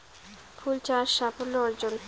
ফুল চাষ সাফল্য অর্জন?